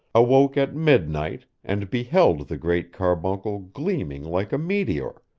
awoke at midnight, and beheld the great carbuncle gleaming like a meteor,